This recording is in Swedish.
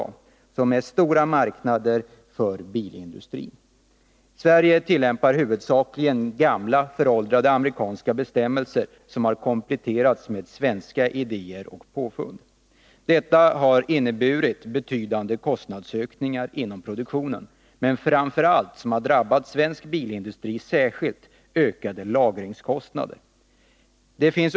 Det gäller här stora marknader för bilindustrin. Sverige tillämpar huvudsakligen gamla, föråldrade amerikanska bestämmelser som har kompletterats med svenska idéer och påfund. Detta har inneburit betydande kostnadsökningar inom produktionen, men framför allt — och det har drabbat svensk bilindustri särskilt mycket — ökade lagringskostnader.